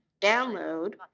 download